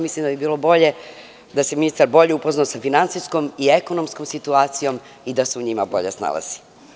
Mislim da bi bilo bolje da se ministar bolje upoznao sa finansijskom i ekonomskom situacijom i da se u njima bolje snalazi.